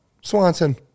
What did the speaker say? swanson